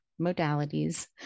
modalities